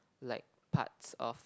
like parts of